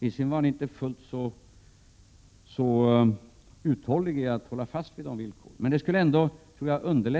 Han var visserligen inte så uthållig när det gällde att hålla fast vid dem. Det underlättar ändock läget.